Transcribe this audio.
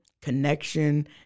connection